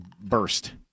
burst